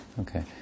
okay